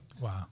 Wow